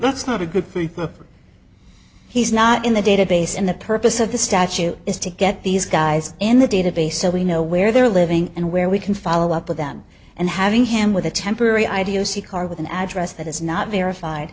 that's not a good thing he's not in the database and the purpose of the statute is to get these guys in the database so we know where they're living and where we can follow up with them and having him with a temporary ideo see card with an address that is not verified